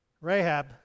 Rahab